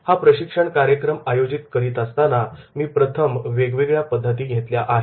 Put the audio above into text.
हा प्रशिक्षण कार्यक्रम आयोजित करताना मी प्रथम वेगवेगळ्या पद्धती घेतल्या आहेत